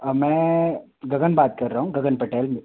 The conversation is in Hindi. मैं गगन बात कर रहा हूँ गगन पटेल